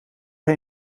hij